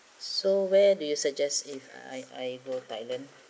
so where do you suggest if I I go thailand